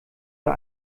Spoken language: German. der